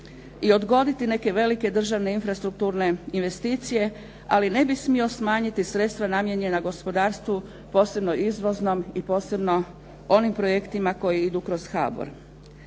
i odgoditi neke velike državne infrastrukturne investicije ali ne bi smio smanjiti sredstva namijenjena gospodarstvu, posebno izvoznom i posebno onim projektima koji idu kroz HABOR.